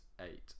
eight